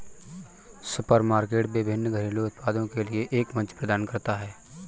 supermarket विभिन्न घरेलू उत्पादों के लिए एक मंच प्रदान करता है